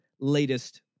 latest